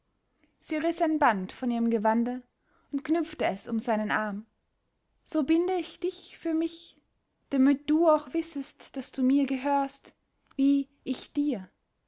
riß ein band von ihrem gewande und knüpfte es um seinen arm so binde ich dich für mich damit du auch wissest daß du mir gehörst wie ich dir